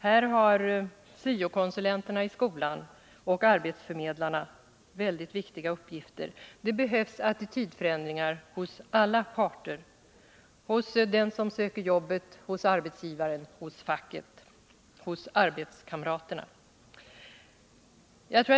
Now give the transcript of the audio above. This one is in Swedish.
Här har syo-konsulenterna i skolan och arbetsförmedlarna väldigt viktiga uppgifter. Det behövs attitydförändringar hos alla parter — hos den som söker jobbet, hos arbetsgivaren, hos facket och hos arbetskamraterna.